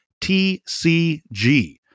tcg